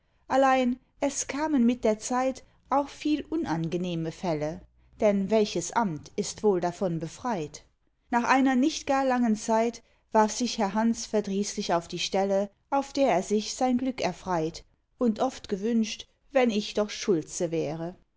allein es kamen mit der zeit auch viel unangenehme fälle denn welches amt ist wohl davon befreit nach einer nicht gar langen zeit warf sich herr hanns verdrießlich auf die stelle auf der er sich sein glück erfreit und oft gewünscht wenn ich doch schulze wäre